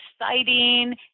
exciting